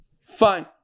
Fine